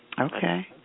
Okay